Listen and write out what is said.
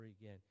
again